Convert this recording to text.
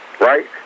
Right